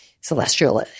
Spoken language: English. celestial